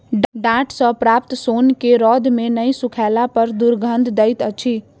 डांट सॅ प्राप्त सोन के रौद मे नै सुखयला पर दुरगंध दैत अछि